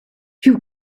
you